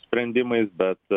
sprendimais bet